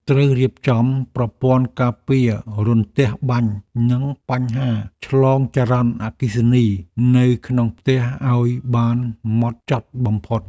ត្រូវរៀបចំប្រព័ន្ធការពាររន្ទះបាញ់និងបញ្ហាឆ្លងចរន្តអគ្គិភ័យនៅក្នុងផ្ទះឱ្យបានហ្មត់ចត់បំផុត។